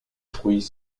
fruits